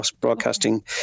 broadcasting